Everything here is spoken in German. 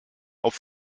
auf